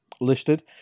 listed